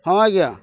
ହଁ ଆଜ୍ଞା